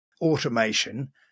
automation